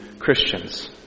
Christians